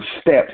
steps